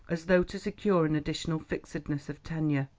as though to secure an additional fixedness of tenure.